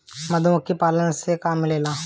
मधुमखी पालन से का मिलेला?